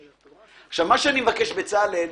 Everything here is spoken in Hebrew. בצלאל,